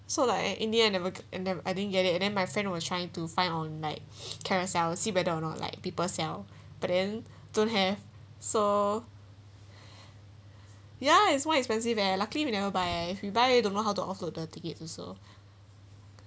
so like in the end I never get and then I didn't get it and then my friend was trying to find on like carousell see or not like people sell but then don't have so ya is [one] expensive eh luckily you never buy if you buy don't know how to offload the tickets also